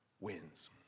wins